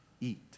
eat